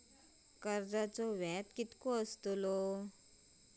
कर्जाचो व्याज कीती असताला?